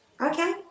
Okay